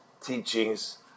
teachings